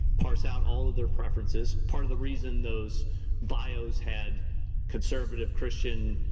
parse out all of their preferences. part of the reason those bios had conservative, christian,